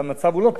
והמצב הוא לא טוב,